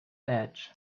edge